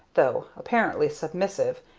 though apparently submissive,